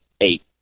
eight